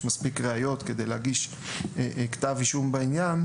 מספיק ראיות כדי להגיש כתב אישום בעניין